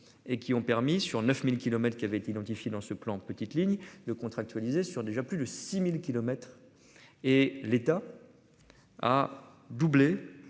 et qui ont permis, sur 9000 kilomètres, qui avait été identifié dans ce plan de petites lignes de contractualiser sur déjà plus de 6000 kilomètres. Et l'État. A doublé,